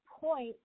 point